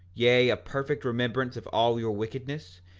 yea, a perfect remembrance of all your wickedness,